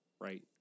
right